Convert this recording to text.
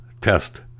test